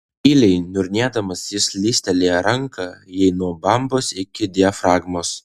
tyliai niurnėdamas jis slystelėjo ranka jai nuo bambos iki diafragmos